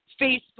Facebook